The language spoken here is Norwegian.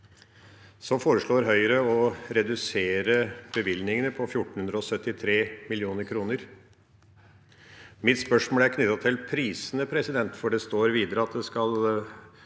Så foreslår Høyre å redusere bevilgningene med 1 473 mill. kr. Mitt spørsmål er knyttet til prisene, for det står videre at det skal